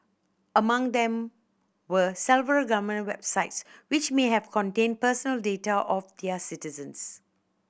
among them were several government websites which may have contained personal data of their citizens